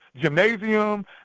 gymnasium